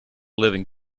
living